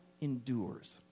endures